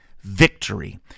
victory